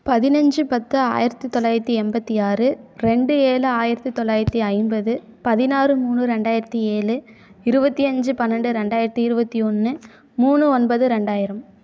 பதினைஞ்சு பத்து ஆயிரத்தி தொள்ளாயிரத்தி எண்பத்தி ஆறு ரெண்டு ஏழு ஆயிரத்தி தொள்ளாயிரத்தி ஐம்பது பதினாறு மூணு ரெண்டாயிரத்தி ஏழு இருபத்தஞ்சி பன்னெண்டு ரெண்டாயிரத்தி இருபத்தி ஒன்று மூணு ஒன்பது ரெண்டாயிரம்